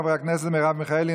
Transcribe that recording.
חברי הכנסת מרב מיכאלי,